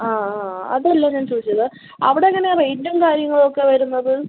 ആ ആ അതല്ല ഞാൻ ചോദിച്ചത് അവിടെ എങ്ങനെയാണ് റേയ്റ്റും കാര്യങ്ങളൊക്കെ വരുന്നത്